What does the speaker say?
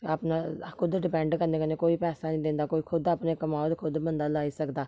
ते अपना खुद डिपैंड करने कन्नै कोई पैसा निं दिंदा कोई खुद अपने कमाओ ते खुद बंदा लाई सकदा